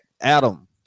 Adam